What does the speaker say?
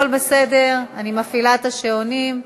אני מפעילה את השעונים.